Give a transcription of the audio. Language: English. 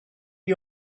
you